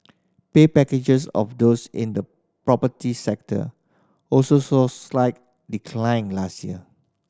pay packages of those in the property sector also saw a slight decline last year